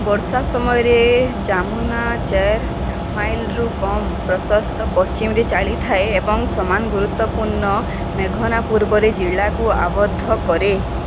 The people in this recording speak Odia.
ବର୍ଷା ସମୟରେ ଜାମୁନା ଚାରି ମାଇଲରୁ କମ୍ ପ୍ରଶସ୍ତ ପଶ୍ଚିମରେ ଚାଲିଥାଏ ଏବଂ ସମାନ ଗୁରୁତ୍ୱପୂର୍ଣ୍ଣ ମେଘନା ପୂର୍ବରେ ଜିଲ୍ଲାକୁ ଆବଦ୍ଧ କରେ